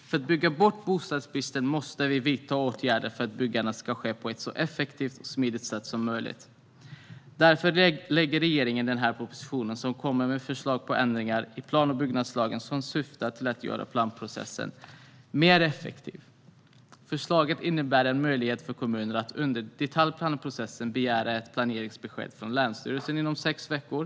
För att bygga bort bostadsbristen måste vi vidta åtgärder för att byggandet ska ske på ett så effektivt och smidigt sätt som möjligt. Därför lägger regeringen fram den här propositionen, som kommer med förslag på ändringar i plan och bygglagen vilka syftar till att göra planprocessen effektivare. Förslaget innebär en möjlighet för kommunerna att under detaljplaneprocessen begära ett planeringsbesked från länsstyrelsen inom sex veckor.